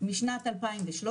משנת 2013,